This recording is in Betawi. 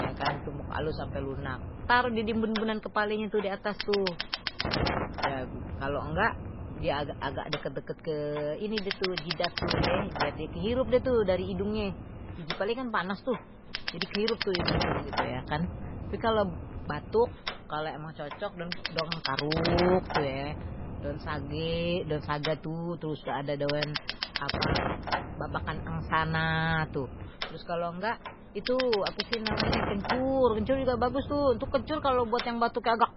ya kan tumbuk alus sampai lunak taruh di diembun kepalanye itu di atas tuh ya kalau nggak dia agak deket-deket ke ini dia tuh jidad tuh ye biar dia kehirup die tuh dari hidungnye, biji pale kan panas tuh jadi ke hirup tuh hidung tuh, gitu ya kan tapi kalau batuk kalau emang cocok daun karuk tuh ya daun sage daun saga tuh terus ada daun ape babakan angsana tuh terus kalau enggak itu apa sih namenye kencur kencur juga bagus tuh untuk kencur kalau buat yang batuk agak